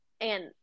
And-